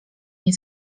nie